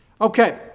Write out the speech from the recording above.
Okay